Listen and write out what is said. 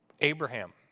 Abraham